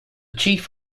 chief